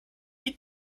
eat